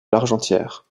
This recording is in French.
largentière